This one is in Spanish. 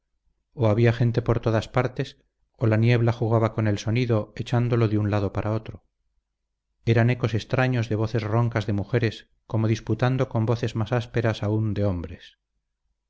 o había gente por todas partes o la niebla jugaba con el sonido echándolo de un lado para otro eran ecos extraños de voces roncas de mujeres como disputando con voces más ásperas aún de hombres